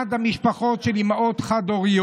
מצד המשפחות של אימהות חד-הוריות,